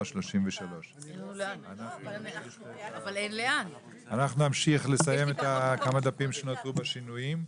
33). אנחנו נסיים את הכמה דפים שנותרו בשינויים.